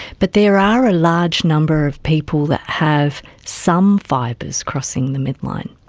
but there are a large number of people that have some fibres crossing the midline.